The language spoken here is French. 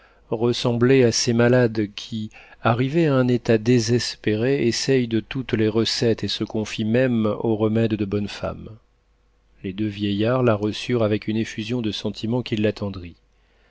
ressemblait à ces malades qui arrivés à un état désespéré essayent de toutes les recettes et se confient même aux remèdes de bonne femme les deux vieillards la reçurent avec une effusion de sentiment qui